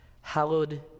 hallowed